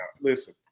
listen